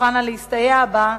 תוכלנה להסתייע בה,